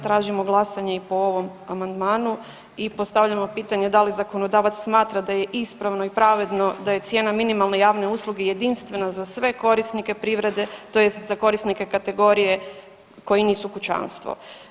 Tražimo glasanje i po ovom amandmanu i postavljamo pitanje da li zakonodavac smatra da je ispravno i pravedno da je cijena minimalne javne usluge jedinstvena za sve korisnike privrede, tj. za korisnike kategorije koji nisu kućanstvo.